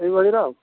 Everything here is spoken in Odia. ଏଇଭଳିର